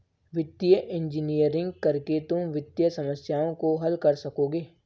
वित्तीय इंजीनियरिंग करके तुम वित्तीय समस्याओं को हल कर सकोगे